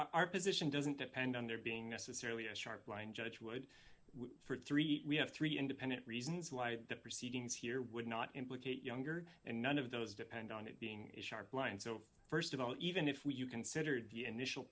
our position doesn't depend on their being necessary as sharp line judge would for three we have three independent reasons why the proceedings here would not implicate younger and none of those depend on it being blind so st of all even if we you considered the initial